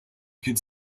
could